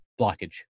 blockage